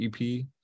EP